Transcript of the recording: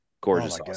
gorgeous